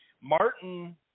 Martin